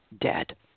dead